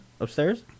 upstairs